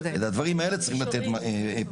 ועל הדברים האלה פשוט צריך לתת פתרון.